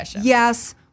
yes